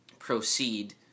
proceed